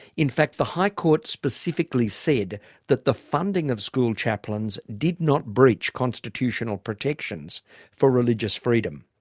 in fact, the high court specifically said that the funding of school chaplains did not breach constitutional protections for religious freedom.